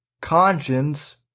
conscience